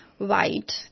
white